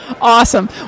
Awesome